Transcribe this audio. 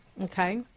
okay